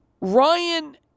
Ryan